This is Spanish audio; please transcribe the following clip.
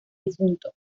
difunto